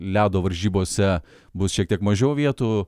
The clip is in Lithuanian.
ledo varžybose bus šiek tiek mažiau vietų